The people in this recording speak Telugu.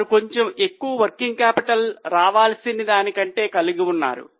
వారు కొంచెం ఎక్కువ వర్కింగ్ క్యాపిటల్ కావాల్సిన దానికంటే కలిగి ఉన్నారు